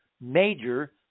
major